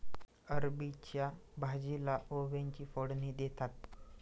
अरबीच्या भाजीला ओव्याची फोडणी देतात